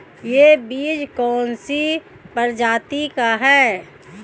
यह बीज कौन सी प्रजाति का है?